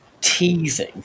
teasing